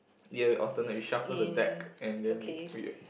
ya we alternate we shuffle the deck and then we we